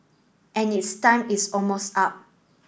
and its time is almost up